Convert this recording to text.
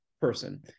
person